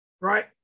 right